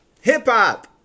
Hip-hop